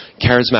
charismatic